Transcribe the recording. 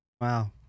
Wow